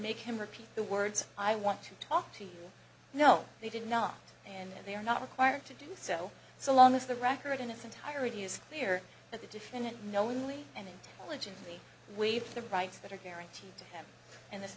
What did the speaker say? make him repeat the words i want to talk to you no they did not and they are not required to do so so long as the record in its entirety is clear that the defendant knowingly and intelligently waived the rights that are guaranteed to them in this